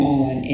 on